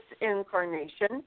incarnation